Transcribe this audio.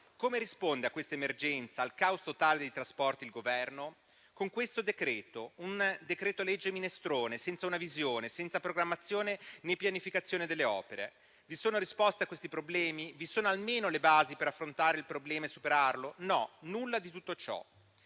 Come risponde a questa emergenza, al caos totale dei trasporti, il Governo? Con questo decreto, un decreto-legge minestrone senza una visione, senza programmazione né pianificazione delle opere. Vi sono risposte a questi problemi? Vi sono almeno le basi per affrontare il problema e superarlo? No, nulla di tutto ciò.